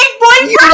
boyfriend